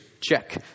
Check